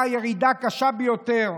ירידה קשה ביותר.